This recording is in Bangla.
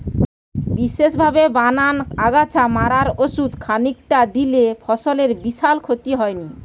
বিশেষভাবে বানানা আগাছা মারার ওষুধ খানিকটা দিলে ফসলের বিশাল ক্ষতি হয়নি